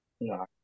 No